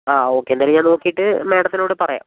ആ ഓക്കെ എന്തായാലും ഞാൻ നോക്കീട്ട് മേഡത്തിനോട് പറയാം